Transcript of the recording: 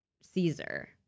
Caesar